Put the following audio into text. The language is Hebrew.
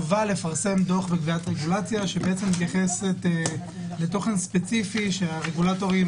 לפרסם דוח- -- רגולציה שמתייחסת לתוכן ספציפי שהרגולטורים